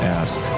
ask